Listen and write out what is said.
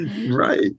Right